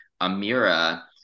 Amira